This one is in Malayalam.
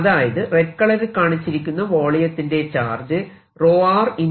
അതായത് റെഡ് കളറിൽ കാണിച്ചിരിക്കുന്ന വോളിയത്തിന്റെ ചാർജ് dV